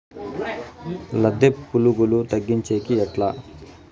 లద్దె పులుగులు తగ్గించేకి ఎట్లా?